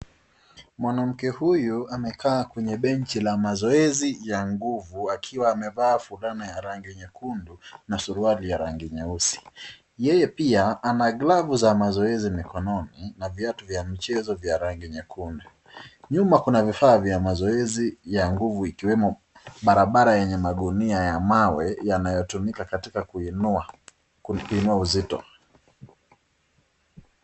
Mwanamke huyu amekaa kwenye benchi la mazoezi ya nguvu akiwa amevaa fulana ya rangi nyekundu, na suruali ya rangi nyeusi. Yeye pia ana glavu za mazoezi mikononi na viatu vya michezo vya rangi nyekundu. Nyuma kuna vifaa vya mazoezi ya nguvu ikiwemo barabara yenye magunia ya mawe, yanayotumika katika kuinua uzito.